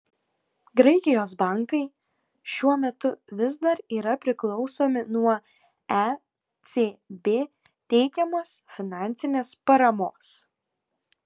graikijos bankai šiuo metu vis dar yra priklausomi nuo ecb teikiamos finansinės paramos